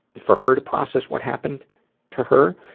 for her to process what happened to her.